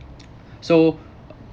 so